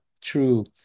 true